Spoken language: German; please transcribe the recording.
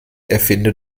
erfinde